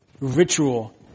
ritual